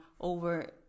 over